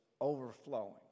overflowing